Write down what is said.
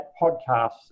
podcasts